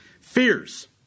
Fears